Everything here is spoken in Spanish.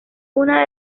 una